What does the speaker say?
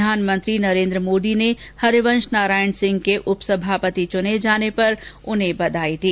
प्रधानमंत्री नरेन्द्र मोदी ने हरिवंश नारायण सिंह के उपसभापति चुने जाने पर उन्हें बधाई दी